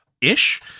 ish